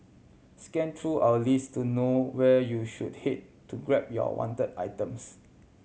scan through our list to know where you should head to grab you are wanted items